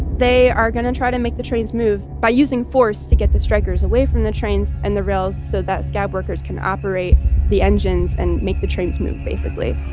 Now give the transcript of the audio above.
they are going to try to make the trains move by using force to get the strikers away from the trains and the rails so that scab workers can operate the engines and make the trains move, basically